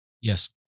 Yes